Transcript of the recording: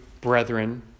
brethren